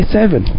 seven